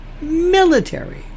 Military